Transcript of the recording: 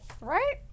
Right